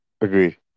agree